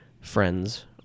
Friends